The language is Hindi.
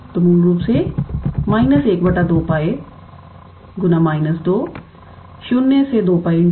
तो मूल रूप से 12𝜋 −2 02𝜋 𝑑𝜃